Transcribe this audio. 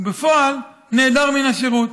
ובפועל נעדר מן השירות.